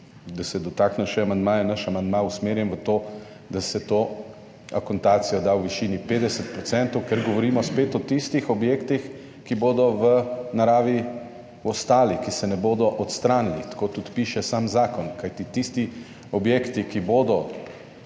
Da se dotaknem še amandmaja. Naš amandma usmerjen v to, da se to akontacijo da v višini 50 %, ker govorimo spet o tistih objektih, ki bodo v naravi ostali, ki se ne bodo odstranili, tako tudi piše sam zakon. Kajti tisti objekti, ki bodo